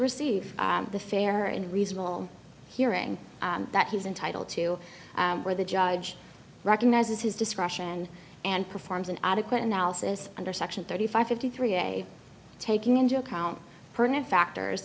receive the fair and reasonable hearing that he's entitled to where the judge recognizes his discretion and performs an adequate analysis under section thirty five fifty three a taking into account pertinent factors